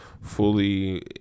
fully